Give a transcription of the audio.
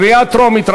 קריאה טרומית,